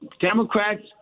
Democrats